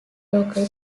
local